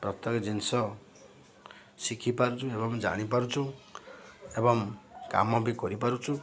ପ୍ରତ୍ୟେକ ଜିନିଷ ଶିଖିପାରୁଛୁ ଏବଂ ଜାଣିପାରୁଛୁ ଏବଂ କାମ ବି କରିପାରୁଛୁ